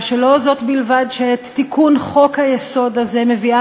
שלא זו בלבד שאת תיקון חוק-היסוד הזה מביאה